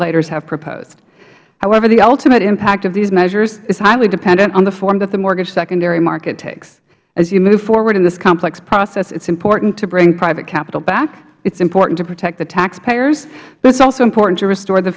regulators have proposed however the ultimate impact of these measures is highly dependent on the form that the mortgage secondary market takes as you move forward in this complex process it is important to bring private capital back it is important to protect the taxpayers but it is also important to restore the